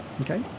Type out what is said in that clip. okay